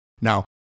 now